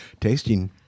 tasting